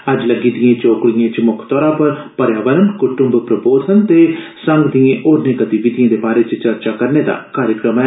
अज्ज लग्गी दियें चोकड़ियें च मुक्ख तौरा पर पर्यावरण कुटुंब प्रबोधन ते संघ दियें होरने गतिविधियें दे बारै च चर्चा करने दा कार्यक्रम ऐ